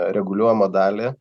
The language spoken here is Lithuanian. reguliuojamą dalį